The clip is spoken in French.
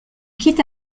quitte